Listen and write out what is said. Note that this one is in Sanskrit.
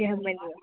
ह्ययमिन्गू